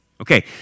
Okay